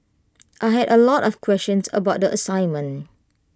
I had A lot of questions about the assignment